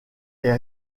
est